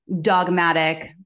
Dogmatic